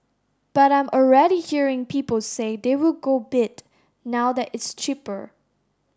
but I'm already hearing people say they will go bid now that it's cheaper